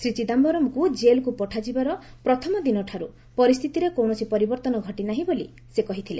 ଶ୍ରୀ ଚିଦାୟରମ୍ଙ୍କୁ ଜେଲ୍କୁ ପଠାଯିବାର ପ୍ରଥମ ଦିନଠାରୁ ପରିସ୍ଥିତିରେ କୌଣସି ପରିବର୍ତ୍ତନ ଘଟିନାହିଁ ବୋଲି ସେ କହିଥିଲେ